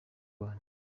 rwanda